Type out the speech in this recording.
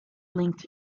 linked